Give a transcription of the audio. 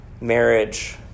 marriage